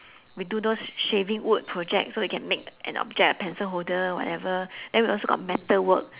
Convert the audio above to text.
we do those shaving wood project so we can make an object a pencil holder whatever then we also got metal work